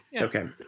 Okay